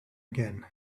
again